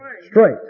Straight